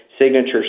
signatures